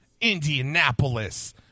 Indianapolis